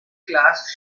class